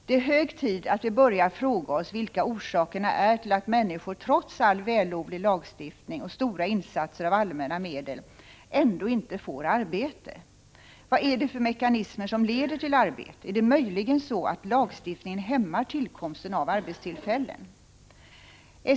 Det är hög tid att vi börjar fråga oss vilka orsakerna är till att människor trots all vällovlig lagstiftning och stora insatser av allmänna medel ändå inte får arbete. Vad är det för mekanismer som leder till arbetet? Är det möjligen så att lagstiftningen hämmar tillkomsten av arbetstillfällen?